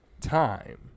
time